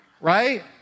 Right